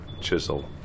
chisel